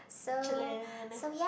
chilling